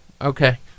Okay